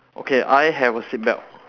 okay I have a seat belt